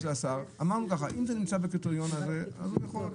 אמרנו: אם זה נמצא בקריטריון אז הוא יכול,